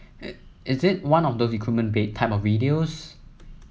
is it one of those recruitment bait type of videos